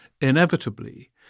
inevitably